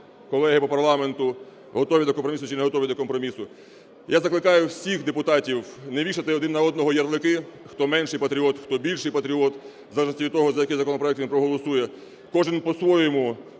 колеги по парламенту готові до компромісу чи неготові до компромісу. Я закликаю всіх депутатів не вішати один на одного ярлики, хто менший патріот, хто більший патріот, в залежності від того, за який він законопроект проголосує. Кожен по-своєму